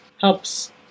helps